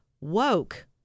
woke